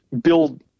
build